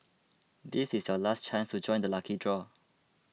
this is your last chance to join the lucky draw